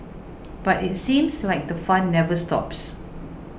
but it seems like the fun never stops